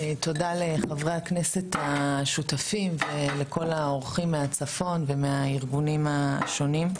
תודה לחברי הכנסת השותפים ולכל האורחים מהצפון ומהארגונים השונים.